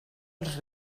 als